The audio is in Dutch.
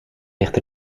ligt